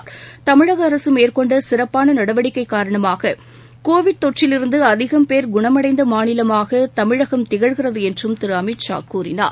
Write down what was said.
பிரிக்கு பிரிக்கு பிரிக்கு தமிழக அரசு மேற்கொண்ட சிறப்பான நடவடிக்கை காரணமாக கோவிட் தொற்றிலிருற்து அஅதிகம் பேர் குண்மடைந்த மாநிலமாகத் தமிழகம் திகழ்கிறது என்றும் திரு அமித் ஷா கூறினார்